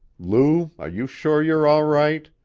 lou, are you sure you're all right?